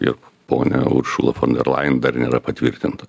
ir ponia uršula fon der lajen dar nėra patvirtinta